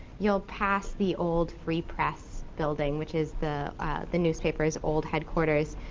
you'll pass the old free press building, which is the the newspaper's old headquarters.